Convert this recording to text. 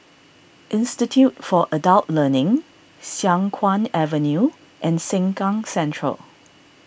Institute for Adult Learning Siang Kuang Avenue and Sengkang Central